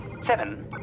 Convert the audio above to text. Seven